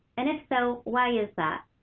and if so, why is that?